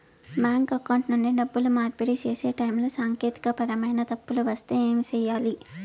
bank account నుండి డబ్బులు మార్పిడి సేసే టైములో సాంకేతికపరమైన తప్పులు వస్తే ఏమి సేయాలి